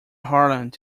harland